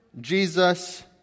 Jesus